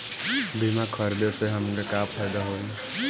बीमा खरीदे से हमके का फायदा होई?